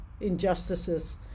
injustices